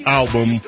album